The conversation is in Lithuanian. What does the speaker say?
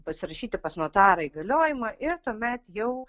pasirašyti pas notarą įgaliojimą ir tuomet jau